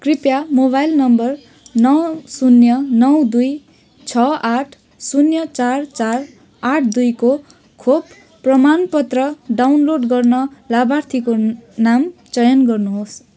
कृपया mobile number नौ शून्य नौ दुई छ आठ शून्य चार चार आठ दुईको खोप प्रमाणपत्र डाउनलोड गर्न लाभार्थीको नाम चयन गर्नुहोस्